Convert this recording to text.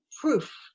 proof